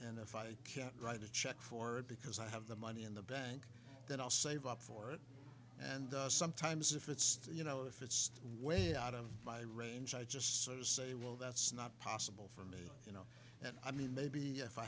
and if i can't write a check for it because i have the money in the bank that i'll save up for it and sometimes if it's you know if it's way out of my range i just sort of say well that's not possible for me and i mean maybe if i